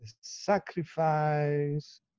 sacrifice